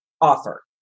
offer